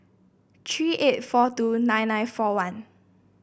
three eight four two nine nine four one